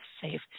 safe